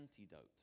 antidote